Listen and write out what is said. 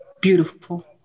beautiful